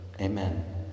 Amen